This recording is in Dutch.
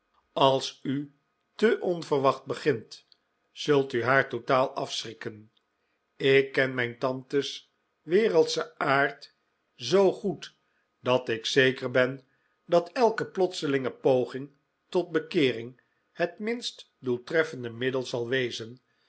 als u te onverwachts begint zult u haar totaal afschrikken ik ken mijn tantes wereldschen aard zoo goed dat ik zeker ben dat elke plotselinge poging tot bekeering het minst doeltreffende middel zal wezen